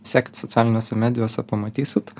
sekit socialiniuose medijose pamatysit